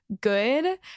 good